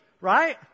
right